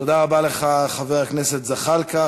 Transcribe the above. תודה רבה לך, חבר הכנסת זחאלקה.